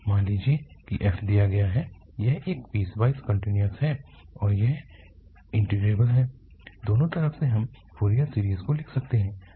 मान लीजिए कि f दिया गया है यह एक पीसवाइस कन्टीन्यूअस है या यह इंटीग्रेबल है दोनों तरह से हम फोरियर सीरीज़ को लिख सकते हैं